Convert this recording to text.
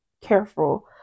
careful